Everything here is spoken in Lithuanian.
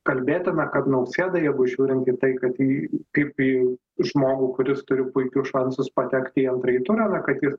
kalbėtume kad nausėda jeigu žiūrint į tai kad į kaip į žmogų kuris turi puikius šansus patekti į antrąjį turą na kad jis